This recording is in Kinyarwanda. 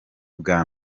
bwa